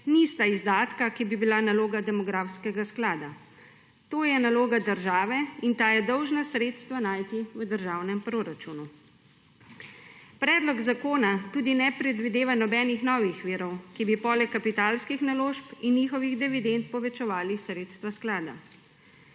nista izdatka, ki bi bila naloga demografskega sklada. To je naloga države in ta je dolžna sredstva najti v državnem proračunu. Predlog zakona tudi ne predvideva nobenih novih virov, ki bi poleg kapitalskih naložb in njihovih dividend povečevali sredstva sklada.